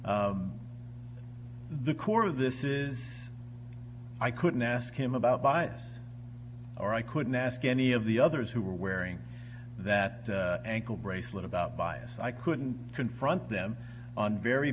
that the core of this is i couldn't ask him about bias or i couldn't ask any of the others who were wearing that ankle bracelet about bias i couldn't confront them on very